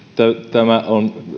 tämä on